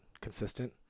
consistent